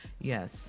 yes